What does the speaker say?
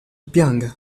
pianga